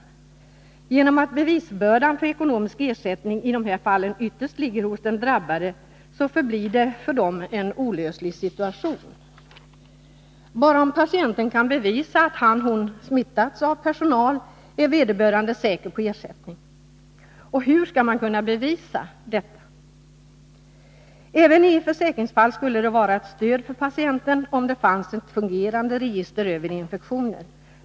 På grund av att bevisbördan när det gäller ekonomisk ersättning i de här fallen ytterst ligger hos de drabbade blir det för dem en olöslig situation. Bara om patienten kan bevisa att han eller hon smittats av personal är vederbörande säker på ersättning. Och hur skall man kunna bevisa detta? Äveni försäkringsfall skulle det vara ett stöd för patienten om det fanns ett fungerande register över infektioner.